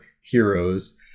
heroes